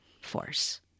force